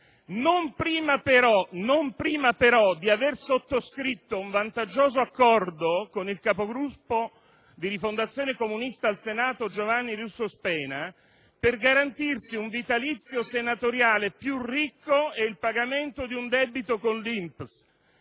Non prima però di aver sottoscritto un vantaggioso accordo con il capogruppo di Rifondazione Comunista al Senato, Giovanni Russo Spena, per garantirsi un vitalizio senatoriale più ricco e il pagamento di un debito con l'INPS.